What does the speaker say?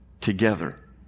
together